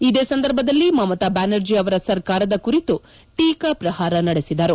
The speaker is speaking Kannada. ಇದೇ ಸಂದರ್ಭದಲ್ಲಿ ಮಮತಾ ಬ್ಯಾನರ್ಜಿ ಅವರ ಸರ್ಕಾರದ ಕುರಿತು ಟೀಕಾಪ್ರಹಾರ ನಡೆಸಿದರು